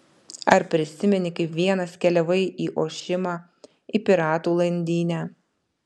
ar prisimeni kaip vienas keliavai į ošimą į piratų landynę